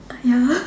ya